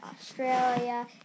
Australia